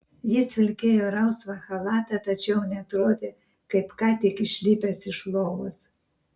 jis vilkėjo rausvą chalatą tačiau neatrodė kaip ką tik išlipęs iš lovos